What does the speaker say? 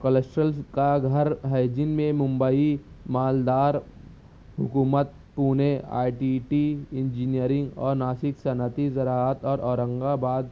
کالسٹرلس کا گھر ہے جن میں ممبئی مالدار حکومت Pune I T T engineering اور ناسک صنعتی زراعت اور اورنگ آباد